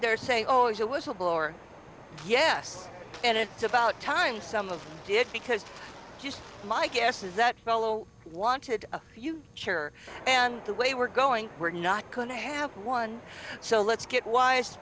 they're saying oh as a whistleblower yes and it's about time some of it because just my guess is that fellow wanted you chair and the way we're going we're not going to have one so let's get wise